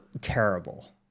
terrible